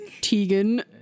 Tegan